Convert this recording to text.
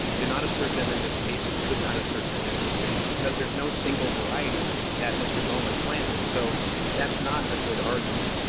did not assert them in this case and could not assert them in this case because there's no single variety that mr. bowman planted. so that's not a good argument.